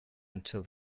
until